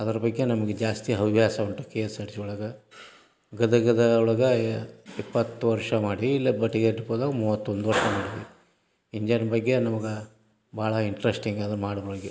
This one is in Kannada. ಅದ್ರ ಬಗ್ಗೆ ನಮಗೆ ಜಾಸ್ತಿ ಹವ್ಯಾಸ ಉಂಟು K S R T C ಒಳಗೆ ಗದಗದ ಒಳಗೆ ಇಪ್ಪತ್ತು ವರ್ಷ ಮಾಡಿ ಇಲ್ಲೇ ಬಟಿಗೆಟ್ಪುರ್ದಾಗೆ ಮೂವತ್ತೊಂದು ವರ್ಷ ಮಾಡಿದ್ದೀವಿ ಇಂಜನ್ ಬಗ್ಗೆ ನಮಗೆ ಭಾಳ ಇಂಟ್ರೆಸ್ಟಿಂಗ್ ಅದು ಮಾಡೋ ಒಳಗೆ